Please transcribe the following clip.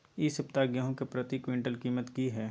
इ सप्ताह गेहूं के प्रति क्विंटल कीमत की हय?